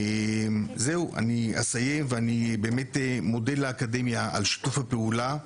אני באמת מודה לאקדמיה על שיתוף הפעולה,